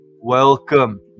welcome